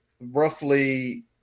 roughly